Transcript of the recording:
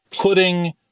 putting